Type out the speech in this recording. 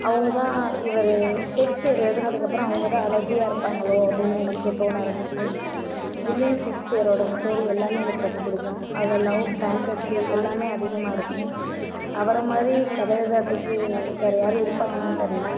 அவங்க தான் இவரு ஷேக்ஸ்பியர் எழுதுனதுக்கு அப்புறம் அவங்கதான் அழகியா இருப்பாங்களோ அப்படின்னு எனக்கு தோன ஆரம்மிச்சிது வில்லியம் ஷேக்ஸ்பியரோட ஸ்டோரி எல்லாமே எனக்கு ரொம்ப பிடிக்கும் அதில் லவ் ஃபேன்ட்டஸி எல்லாமே அதிகமாக இருக்கும் அவரை மாதிரி கதை எழுதுறதுக்கு வேற யாரும் இருப்பாங்களானு தெரியல